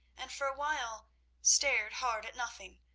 and for a while stared hard at nothing,